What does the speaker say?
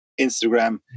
Instagram